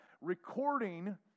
recording